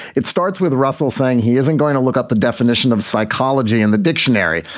it starts with russell saying he isn't going to look up the definition of psychology in the dictionary.